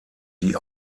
die